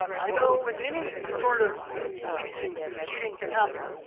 i know with any sort of teaching, cheating can happen.